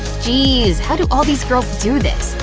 geez, how do all these girls do this?